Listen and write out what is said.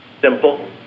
simple